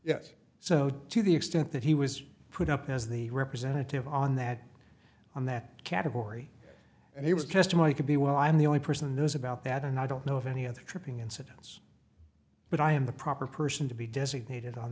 yes so to the extent that he was put up as the representative on that on that category and he was testimony could be well i'm the only person who is about that and i don't know of any other tripping incidents but i am the proper person to be designated on